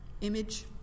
image